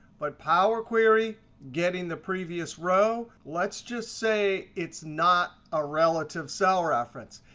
but power query, getting the previous row, let's just say, it's not a relative cell reference.